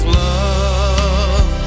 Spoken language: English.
love